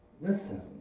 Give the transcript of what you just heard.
Listen